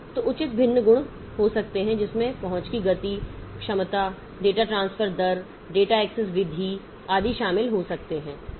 तो उचित भिन्न गुण हो सकते हैं जिसमें पहुंच की गति क्षमता डेटा ट्रांसफर दर डेटा एक्सेस विधि आदि शामिल हो सकते हैं